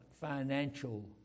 financial